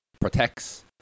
protects